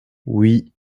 oui